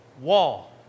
wall